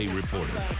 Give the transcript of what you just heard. reporter